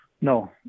no